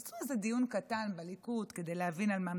תעשו איזה דיון קטן בליכוד כדי להבין על מה מדובר.